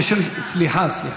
סליחה, סליחה.